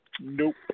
Nope